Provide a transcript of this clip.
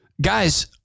Guys